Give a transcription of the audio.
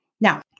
Now